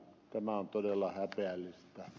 tämä on todella häpeällistä